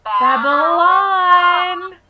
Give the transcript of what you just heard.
Babylon